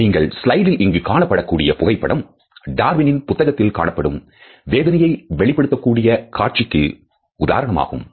நீங்கள் ஸ்லைடில் இங்கு காணப்படக்கூடிய புகைப்படம் டார்வினின் புத்தகத்தில் காணப்படும் வேதனையை வெளிப்படுத்தக்கூடிய காட்சிக்கு உதாரணமாகும்